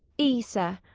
e, sir.